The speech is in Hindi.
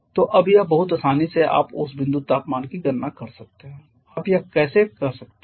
तो अब यह बहुत आसानी से आप ओस बिंदु तापमान की गणना कर सकते हैं आप यह कैसे कर सकते हैं